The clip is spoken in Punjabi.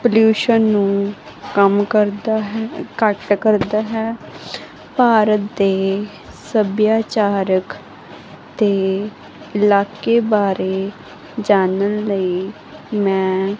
ਪੋਲਿਊਸ਼ਨ ਨੂੰ ਕੰਮ ਕਰਦਾ ਹੈ ਘੱਟ ਕਰਦਾ ਹੈ ਭਾਰਤ ਦੇ ਸੱਭਿਆਚਾਰਕ ਤੇ ਇਲਾਕੇ ਬਾਰੇ ਜਾਣਨ ਲਈ ਮੈਂ